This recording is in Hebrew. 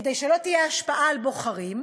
כדי שלא תהיה השפעה על בוחרים,